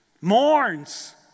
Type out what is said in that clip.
mourns